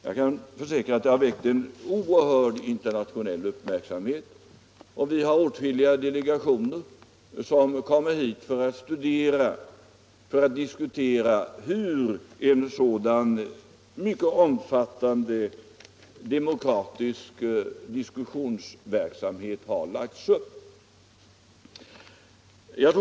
Jag kan försäkra att det var något som väckte oerhört stor internationell uppmärksamhet, och åtskilliga delegationer har kommit och kommer alltjämt hit för att studera hur en så omfattande och demokratisk diskussionsverksamhet lades upp.